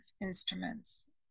instruments